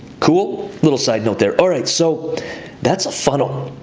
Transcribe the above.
cool. little side note there. all right, so that's a funnel.